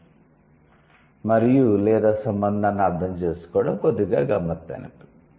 'మరియు లేదా' సంబంధాన్ని అర్థం చేసుకోవడం కొద్దిగా గమ్మత్తైన పని